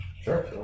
Sure